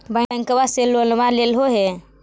बैंकवा से लोनवा लेलहो हे?